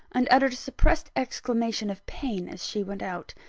and uttered a suppressed exclamation of pain as she went out.